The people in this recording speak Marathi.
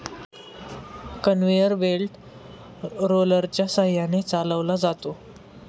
कन्व्हेयर बेल्ट रोलरच्या सहाय्याने चालवला जातो